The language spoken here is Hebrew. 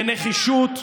בנחישות,